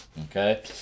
Okay